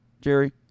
Jerry